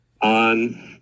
on